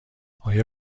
آیا